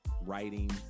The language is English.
writing